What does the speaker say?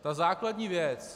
Ta základní věc...